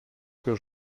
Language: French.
que